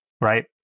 right